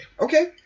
Okay